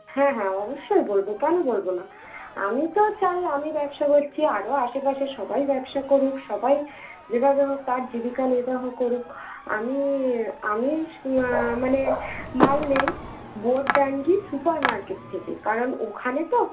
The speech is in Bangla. হ্যাঁ হ্যাঁ অবশ্যই বলবো কেন বলবো না আমি তো চাই আমি ব্যবসা করছি আরও আশেপাশের সবাই ব্যবসা করুক সবাই যেভাবে হোক তার জীবিকা নির্বাহ করুক আমি আমি মানে মাল নেই ভোটডাঙ্গি সুপারমার্কেট থেকে কারণ ওখানে তো